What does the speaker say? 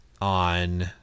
on